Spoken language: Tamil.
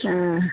ஆ